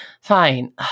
Fine